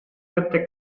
кытта